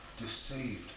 deceived